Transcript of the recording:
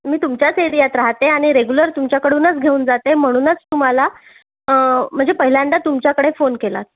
मी तुमच्याच एरियात राहते आणि रेग्युलर तुमच्याकडूनच घेऊन जाते म्हणूनच तुम्हाला म्हणजे पहिल्यांदा तुमच्याकडे फोन केला